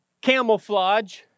Camouflage